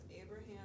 Abraham